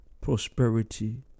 prosperity